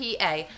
PA